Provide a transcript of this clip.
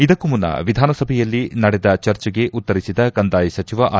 ಇದಕ್ಕೂ ಮುನ್ನ ವಿಧಾನಸಭೆಯಲ್ಲಿ ನಡೆದ ಚರ್ಚೆಗೆ ಉತ್ತರಿಸಿದ ಕಂದಾಯ ಸಚಿವ ಆರ್